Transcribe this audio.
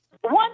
One